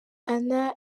anna